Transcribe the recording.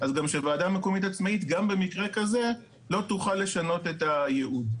אז גם שוועדה מקומית עצמאית גם במקרה הזה לא תוכל לשנות את הייעוד.